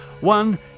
One